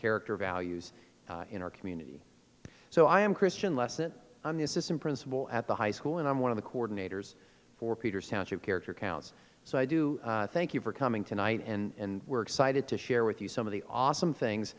character values in our community so i am christian lesson on the assistant principal at the high school and i'm one of the coordinators for peter's township character counts so i do thank you for coming tonight and we're excited to share with you some of the awesome things